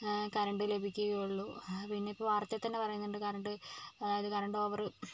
current ലഭിക്കുകയുള്ളൂ പിന്നെ ഇപ്പോൾ വാർത്തയിൽ തന്നെ പറയുന്നുണ്ട് കറൻറ്റ് കറൻറ്റ് ഓവർ